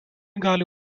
gali